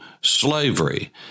slavery